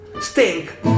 Stink